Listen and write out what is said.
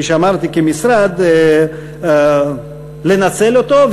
כפי שאמרתי, כמשרד, לנצל אותו.